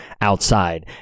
outside